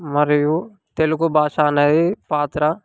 మరియు తెలుగు భాష అనేది పాత్ర